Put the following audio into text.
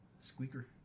Squeaker